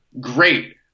Great